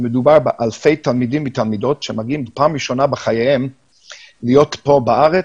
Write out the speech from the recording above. ומדובר באלפי תלמידים ותלמידות שמגיעים פעם ראשונה בחייהם להיות פה בארץ